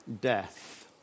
death